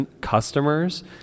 customers